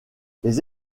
les